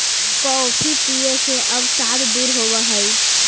coffee पीये से अवसाद दूर होब हई